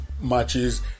matches